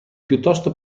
piuttosto